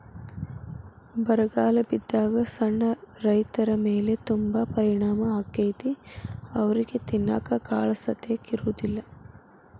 ಬರಗಾಲ ಬಿದ್ದಾಗ ಸಣ್ಣ ರೈತರಮೇಲೆ ತುಂಬಾ ಪರಿಣಾಮ ಅಕೈತಿ ಅವ್ರಿಗೆ ತಿನ್ನಾಕ ಕಾಳಸತೆಕ ಇರುದಿಲ್ಲಾ